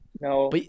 No